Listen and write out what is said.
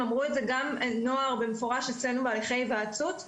הם אמרו את זה גם הנוער במפורש אצלנו בהליכי היוועצות,